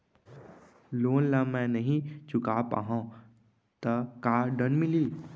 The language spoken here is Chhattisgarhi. लोन ला मैं नही चुका पाहव त का दण्ड मिलही?